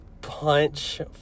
punch